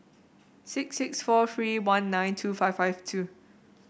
six six four three one nine two five five two